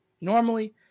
normally